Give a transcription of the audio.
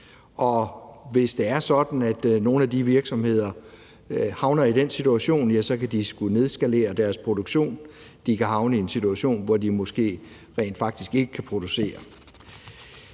at nogle af de virksomheder havner i den situation, kan de komme til at skulle nedskalere deres produktion. De kan havne i en situation, hvor de rent faktisk ikke kan producere.